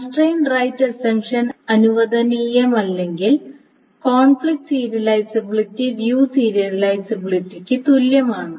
constrained write assumption അനുവദനീയമല്ലെങ്കിൽ conflict serializability view സീരിയലൈസബിലിറ്റിക്ക് തുല്യമാണ്